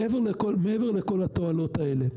מעבר לכל התועלות האלה,